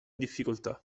difficoltà